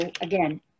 again